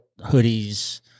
hoodies